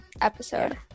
episode